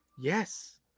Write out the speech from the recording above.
Yes